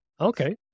Okay